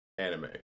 anime